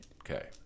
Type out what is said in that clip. Okay